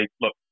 look